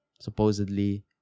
supposedly